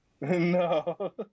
No